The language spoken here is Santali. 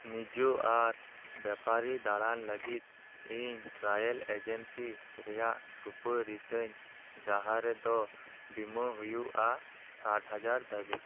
ᱱᱤᱡᱟᱹ ᱟᱨ ᱵᱮᱯᱟᱨᱤ ᱫᱟᱬᱟᱱ ᱞᱟᱹᱜᱤᱫ ᱤᱧ ᱴᱨᱟᱭᱮᱞ ᱮᱡᱮᱱᱥᱤ ᱨᱮᱱᱟᱜ ᱥᱩᱯᱟᱨᱤᱥᱟᱹᱧ ᱡᱟᱦᱟᱸ ᱨᱮᱫᱚ ᱵᱤᱢᱟ ᱦᱩᱭᱩᱜᱼᱟ ᱥᱟᱴᱦᱟᱡᱟᱨ ᱫᱷᱟᱹᱵᱤᱡ